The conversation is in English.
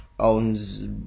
owns